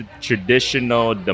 traditional